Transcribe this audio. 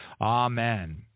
Amen